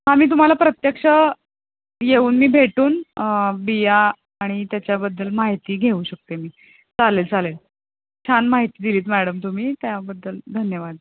आम्ही तुम्हाला प्रत्यक्ष येऊन मी भेटून बिया आणि त्याच्याबद्दल माहिती घेऊ शकते मी चालेल चालेल छान माहिती दिलीत मॅडम तुम्ही त्याबद्दल धन्यवाद